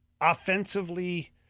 offensively